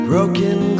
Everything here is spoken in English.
broken